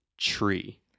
tree